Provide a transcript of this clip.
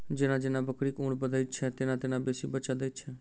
जेना जेना बकरीक उम्र बढ़ैत छै, तेना तेना बेसी बच्चा दैत छै